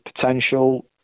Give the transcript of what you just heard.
potential